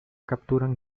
capturan